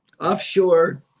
offshore